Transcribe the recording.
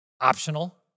optional